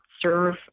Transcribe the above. serve